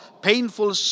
painful